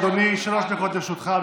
אדוני, שלוש דקות לרשותך.